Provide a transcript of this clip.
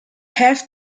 have